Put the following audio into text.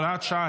הוראת שעה,